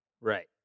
right